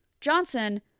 Johnson